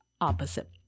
opposite